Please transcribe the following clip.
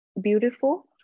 beautiful